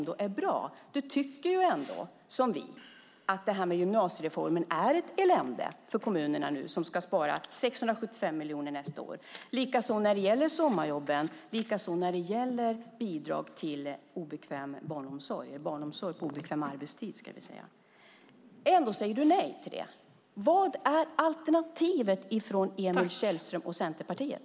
Du tycker ändå som vi att gymnasiereformen är ett elände för kommunerna som ska spara 675 miljoner nästa år, likaså när det gäller sommarjobben, likaså när det gäller bidrag till barnomsorg på obekväm arbetstid. Ändå säger du nej till dem. Vad är alternativet från Emil Källström och Centerpartiet?